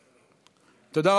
תודה.